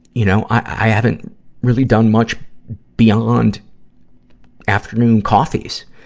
you know, i haven't really done much beyond afternoon coffees.